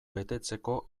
betetzeko